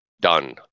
done